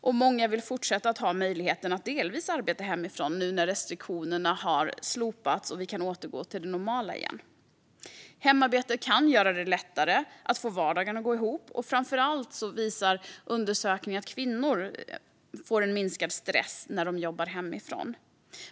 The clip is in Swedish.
Och många vill fortsätta att ha möjligheten att delvis arbeta hemifrån nu när restriktionerna har släppts och vi kan återgå till det normala igen. Hemarbete kan göra det lättare att få vardagen att gå ihop. Framför allt visar undersökningar minskad stress bland kvinnor som jobbar hemifrån.